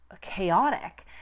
chaotic